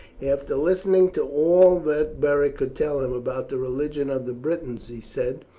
after listening to all that beric could tell him about the religion of the britons, he said,